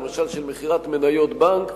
למשל של מכירת מניות בנק,